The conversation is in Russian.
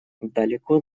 далеко